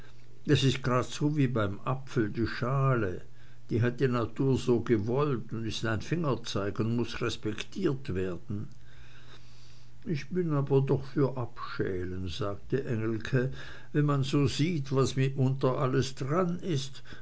das is gradso wie beim apfel die schale das hat die natur so gewollt und is ein fingerzeig und muß respektiert werden ich bin aber doch für abschälen sagte engelke wenn man so sieht was mitunter alles dran ist